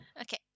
Okay